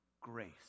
grace